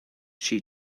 she